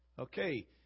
Okay